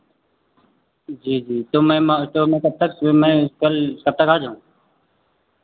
जी जी तो मैं तो मैं कब तक मैं कल कब तक आ जाऊं